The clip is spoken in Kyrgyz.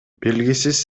белгисиз